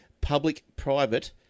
public-private